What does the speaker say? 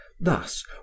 Thus